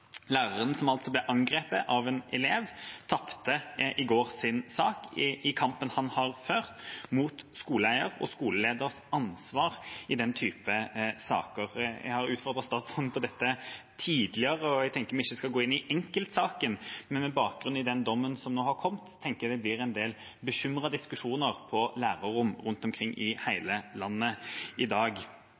Læreren som ble angrepet av en elev, tapte i går sin sak – kampen han har ført mot skoleeier og skoleleders ansvar i den typen saker. Jeg har utfordret statsråden på dette tidligere, og jeg tenker ikke at vi skal gå inn i enkeltsaken, men med bakgrunn i den dommen som nå har kommet, tror jeg det blir en del bekymrede diskusjoner på lærerrom rundt omkring i hele landet i dag.